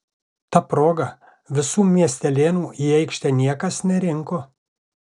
ta proga visų miestelėnų į aikštę niekas nerinko